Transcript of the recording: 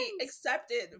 accepted